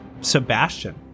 Sebastian